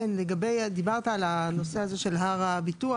לגבי נושא הר הביטוח,